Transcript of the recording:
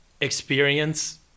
experience